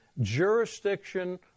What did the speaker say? jurisdiction